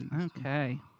Okay